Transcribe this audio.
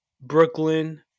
Brooklyn